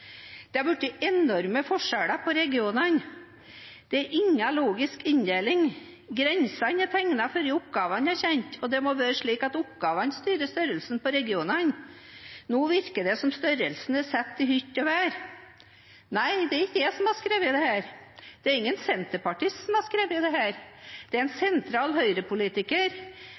Det er blitt enorme forskjeller på regionene. Det er ingen logisk inndeling. Grensene er tegnet før oppgavene er kjent, og det må jo være slik at oppgavene styrer størrelsen på regionene. Nå virker det som om størrelsen er satt i hytt og vær. Nei, det er ikke jeg som har uttalt dette. Det er ingen senterpartist som har uttalt dette. Det er en sentral